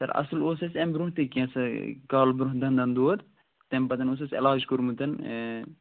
سر اَصٕل اوس اَسہِ اَمہِ برٛونٛہہ تہِ کیٚنٛژھے کال برٛونٛہہ دنٛدن دود تَمہِ پتہٕ اوس اَسہِ عٮ۪لاج کوٚرمُت